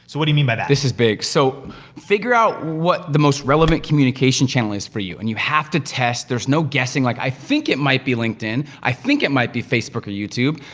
so what do you mean by that? this is big, so figure out what the most relevant communication channel is for you, and you have to test, there's no guessing, like, i think it might be linkedin, i think it might be facebook, or youtube.